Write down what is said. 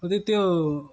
ऊ त्यो त्यो